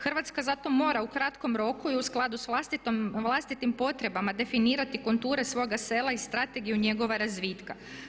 Hrvatska zato mora u kratkom roku i u skladu s vlastitim potrebama definirati kulture svoga sela i strategiju njegova razvitka.